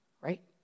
right